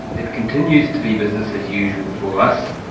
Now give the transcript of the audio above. it continues to be business as usual for us,